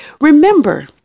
remember